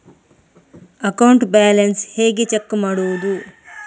Account balance ಹೇಗೆ check ಮಾಡುವುದು?